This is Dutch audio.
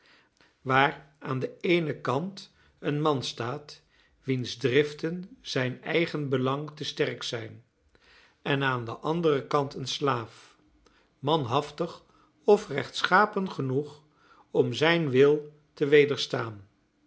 waar aan den eenen kant een man staat wiens driften zijn eigenbelang te sterk zijn en aan den anderen kant een slaaf manhaftig of rechtschapen genoeg om zijn wil